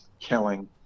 killing